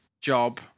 job